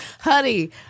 honey